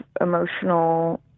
emotional